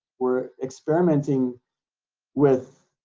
we're experimenting with.